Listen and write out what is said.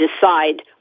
decide